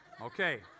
Okay